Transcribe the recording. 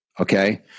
Okay